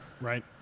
Right